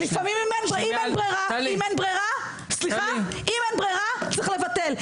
אם אין לי ברירה, צריך לבטל.